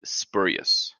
spurious